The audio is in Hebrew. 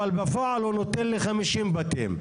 אבל בפועל הוא נותן ל-50 בתים.